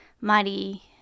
mighty